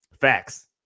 Facts